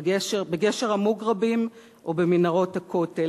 בגשר המוגרבים או במנהרות הכותל.